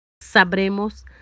Sabremos